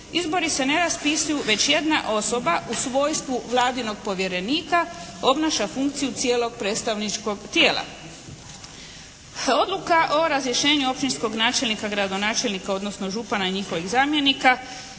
izbori se ne raspisuju već jedna osoba u svojstvu vladinog povjerenika obnaša funkciju cijelog predstavničkog tijela. Odluka o razrješenju općinskog načelnika, gradonačelnika odnosno župana i njihovih zamjenika